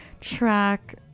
track